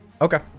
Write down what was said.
Okay